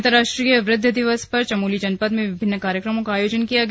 अंतरराष्ट्रीय वृद्ध दिवस पर चमोली जनपद में विभिन्न कार्यक्रमों का आयोजन किया गया